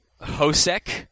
Hosek